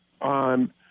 on